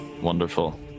wonderful